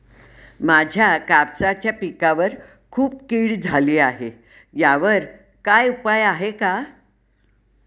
माझ्या कापसाच्या पिकावर खूप कीड झाली आहे यावर काय उपाय आहे का?